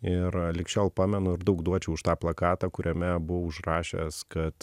ir lig šiol pamenu ir daug duočiau už tą plakatą kuriame buvau užrašęs kad